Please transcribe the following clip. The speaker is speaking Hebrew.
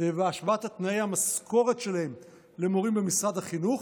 ובהשוואת תנאי המשכורת שלהם לשל מורים במשרד החינוך,